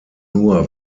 nur